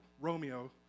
Romeo